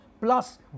plus